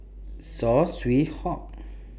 Saw Swee Hock